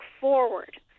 forward